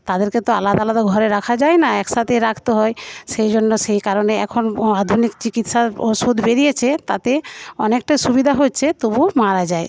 তাদেরকে তো আলাদ আলাদা ঘরে রাখা যায় না একসাথেই রাখতে হয় সেই জন্য সেই কারণে এখন আধুনিক চিকিৎসার ওষুধ বেরিয়েছে তাতে অনেক সুবিধা হয়েছে তবু মারা যায়